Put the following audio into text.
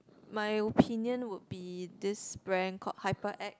my opinion would be this brand called Hyperact